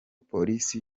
polisi